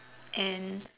and